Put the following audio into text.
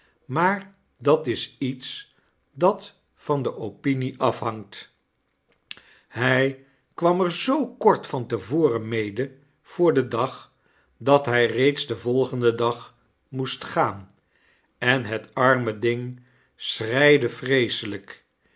maar dat is iets dat van de opinie afhangt hij kwam er zoo kort van te voren mede voor den dag dat hy reeds den volgenden dag moest gaan en het arme ding schreide vreeseiyk